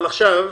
אבל עכשיו זהו,